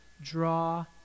draw